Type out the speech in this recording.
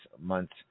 month's